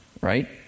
Right